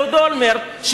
אהוד אולמרט,